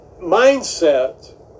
mindset